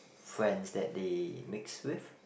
friends that they mix with